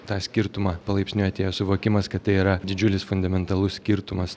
tą skirtumą palaipsniui atėjo suvokimas kad tai yra didžiulis fundamentalus skirtumas